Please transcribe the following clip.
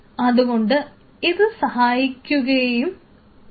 അതുകൊണ്ട് ഇത് സഹായിക്കുകയും ഇല്ല